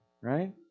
right